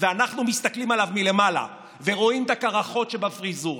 ואנחנו מסתכלים עליו מלמעלה ורואים את הקרחות שבפריזורה.